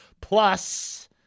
plus